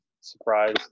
surprise